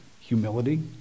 humility